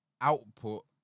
output